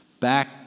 Back